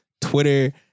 Twitter